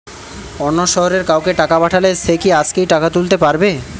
অন্য শহরের কাউকে টাকা পাঠালে সে কি আজকেই টাকা তুলতে পারবে?